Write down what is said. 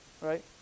Right